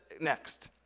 next